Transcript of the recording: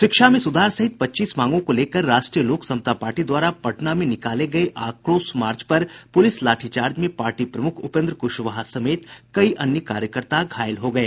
शिक्षा में सुधार सहित पच्चीस मांगों को लेकर राष्ट्रीय लोक समता पार्टी द्वारा पटना में निकाले गये आक्रोश मार्च पर पुलिस लाठीचार्ज में पार्टी प्रमुख उपेन्द्र कुशवाहा समेत अन्य कार्यकर्ता घायल हो गये